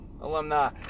alumni